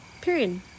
Period